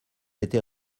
été